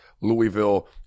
Louisville